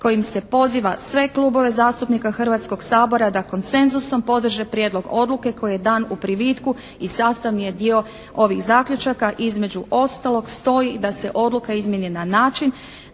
kojim se poziva sve klubove zastupnika Hrvatskog sabora da konsenzusom podrže prijedlog odluke koji je dan u privitku i sastavni je dio ovih zaključaka. Između ostalog stoji i da se odluka izmijeni na način